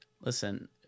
Listen